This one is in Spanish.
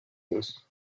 dos